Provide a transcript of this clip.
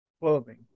clothing